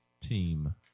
team